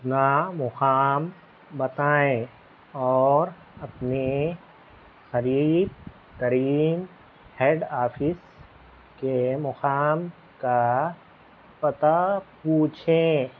اپنا مقام بتائیں اوراپنے قریب ترین ہیڈ آفس کے مقام کا پتہ پوچھیں